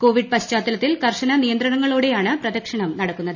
Covid പശ്ചാത്തലത്തിൽ കർശന നിയന്ത്രണങ്ങളോടെയാണ് പ്രദക്ഷിണം നടക്കുന്നത്